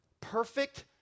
Perfect